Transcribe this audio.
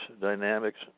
dynamics